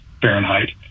Fahrenheit